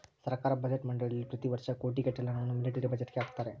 ಸರ್ಕಾರ ಬಜೆಟ್ ಮಂಡಳಿಯಲ್ಲಿ ಪ್ರತಿ ವರ್ಷ ಕೋಟಿಗಟ್ಟಲೆ ಹಣವನ್ನು ಮಿಲಿಟರಿ ಬಜೆಟ್ಗೆ ಹಾಕುತ್ತಾರೆ